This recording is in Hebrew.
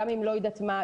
גם אם לא יודעת מה.